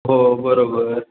हो बरोबर